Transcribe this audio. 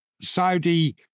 Saudi